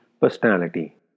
personality